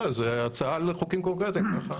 בזום, בבקשה.